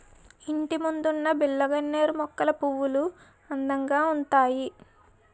ఇంటిముందున్న బిల్లగన్నేరు మొక్కల పువ్వులు అందంగా ఉంతాయి